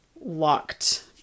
locked